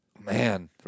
Man